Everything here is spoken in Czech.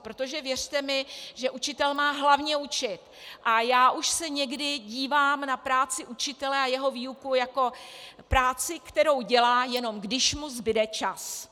Protože, věřte mi, že učitel má hlavně učit a já už se někdy dívám na práci učitele a jeho výuku jako práci, kterou dělá, jenom když mu zbude čas.